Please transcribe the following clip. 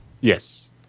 Yes